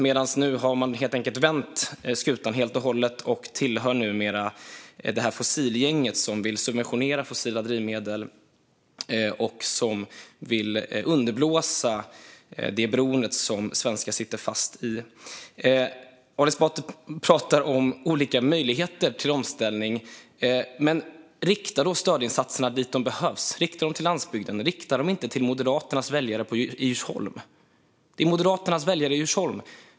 Men nu har man helt enkelt vänt skutan helt och hållet och tillhör numera fossilgänget, som vill subventionera fossila drivmedel och underblåsa det beroende som svenskar sitter fast i. Ali Esbati pratar om olika möjligheter till omställning. Men rikta då stödinsatserna dit där de behövs! Rikta dem till landsbygden och inte till Moderaternas väljare i Djursholm.